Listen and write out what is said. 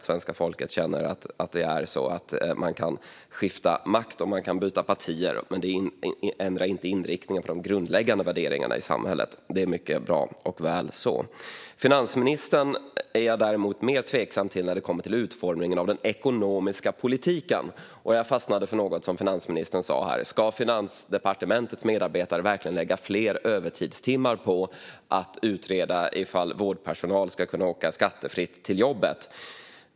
Svenska folket ska känna att det är på det sättet. Det kan bli maktskifte, och man kan byta parti. Men det ändrar inte inriktningen för de grundläggande värderingarna i samhället. Det är mycket bra och väl så. Jag är däremot mer tveksam till finansministerns utformning av den ekonomiska politiken. Jag fastnade för det finansministern sa: Ska Finansdepartementets medarbetare verkligen lägga fler övertidstimmar på att utreda ifall vårdpersonal ska kunna åka skattefritt till jobbet?